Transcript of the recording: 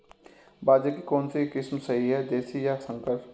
बाजरे की कौनसी किस्म सही हैं देशी या संकर?